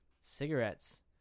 cigarettes